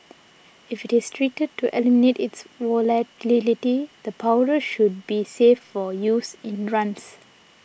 if it is treated to eliminate its volatility the powder should be safe for use in runs